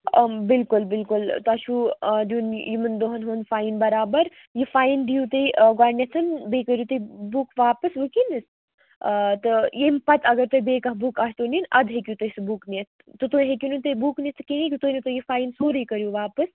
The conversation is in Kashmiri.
آ بِلکُل بِلکُل تۄہہِ چھُ آ دیُن یِمن دۄہن ہُنٛد فایِن برابر یہِ فایِن دِیِو تُہۍ آ گۄڈنیٚتھ بیٚیہِ کٔرِو تُہۍ بُک واپس ؤنکیٚنَس آ تہٕ اَمہِ پَتہٕ اگر تۄہہِ بیٚیہِ کانٛہہ بُک آسِو نِنۍ اَدٕ ہیٚکِو تُہۍ سُہ بُک نِتھ توٚتام ہیٚکِو نہٕ تُہۍ بُک نِتھ کِہیٖنٛۍ یوٚتام نہٕ تُہۍ یہِ فایِن سورُے کٔرِو واپس